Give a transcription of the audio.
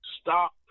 stop